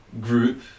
group